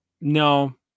No